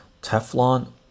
Teflon